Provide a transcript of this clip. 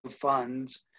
funds